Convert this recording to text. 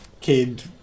kid